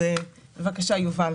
בבקשה, יובל.